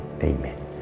Amen